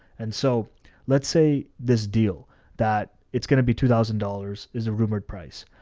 and so let's say this deal that it's going to be two thousand dollars is a rumored price.